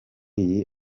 iyi